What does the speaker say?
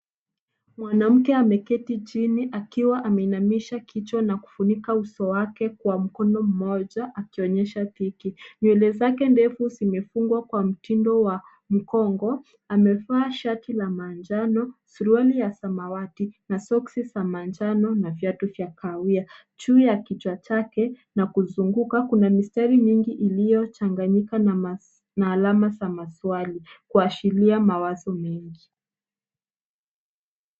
Mwanamke ameketi chini akiwa ameinamisha kichwa na kufunika uso wake kwa mkono mmoja akionyesha dhiki. Nywele zake ndefu zimefungwa kwa mtindo wa mkongo. Amevaa shati la manjano, suruali ya samawati na soksi za manjano na viatu vya kahawia. Juu ya kichwa chake na kuzunguka kuna mistari mingi iliyochanganyika na alama za maswali kuashiria mawazo mengi.